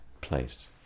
place